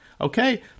Okay